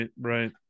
Right